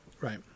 right